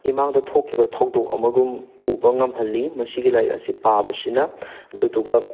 ꯏꯃꯥꯡꯗ ꯊꯣꯛꯈꯤꯕ ꯊꯧꯗꯣꯛ ꯑꯃꯒꯨꯝ ꯎꯕ ꯉꯝꯍꯜꯂꯤ ꯃꯁꯤꯒꯤ ꯂꯥꯏꯔꯤꯛ ꯑꯁꯤ ꯄꯥꯕꯁꯤꯅ ꯑꯗꯨꯗꯨꯒ